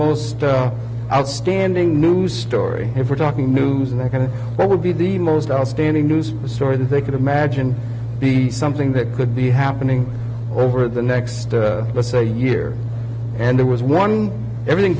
most outstanding news story if we're talking news and they're going to what would be the most outstanding news story that they could imagine peace something that could be happening over the next let's say a year and there was one everything